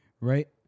right